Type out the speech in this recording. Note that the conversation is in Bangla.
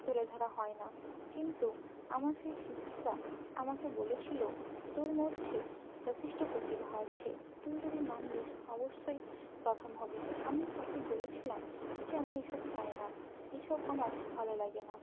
তুলে ধরা হয় না কিন্তু আমার সেই শিক্ষিকা আমাকে বলেছিলো তোর মধ্যে যথেষ্ট প্রতিভা আছে তুই যদি নাম দিস অবশ্যই প্রথম হবি আমি তাকে বলেছিলাম যে আমি এইসব চাই না এইসব আমার ভালো লাগে না